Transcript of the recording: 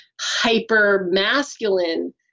hyper-masculine